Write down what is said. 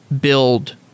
build